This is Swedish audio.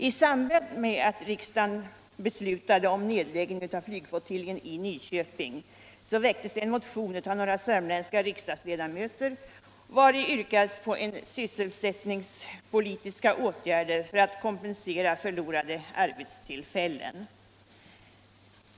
I samband med riksdagens beslut om nedläggning av flygflottiljen i Nyköping väcktes en motion av några sörmländska riksdagsledamöter, vari yrkades på sysselsättningspolitiska åtgärder som kompensation för förlorade arbetstillfällen.